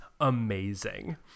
amazing